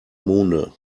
monde